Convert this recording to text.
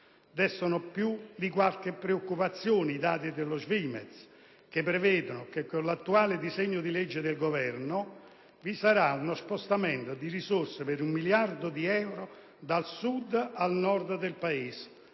Destano più di qualche preoccupazione i dati SVIMEZ, che prevedono che con l'attuale disegno di legge del Governo vi sarà uno spostamento di risorse per un miliardo di euro dal Sud al Nord del Paese.